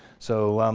so